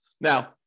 Now